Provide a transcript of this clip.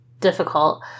difficult